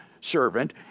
servant